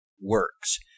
Works